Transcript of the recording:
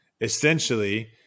Essentially